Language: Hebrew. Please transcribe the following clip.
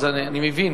אז אני מבין.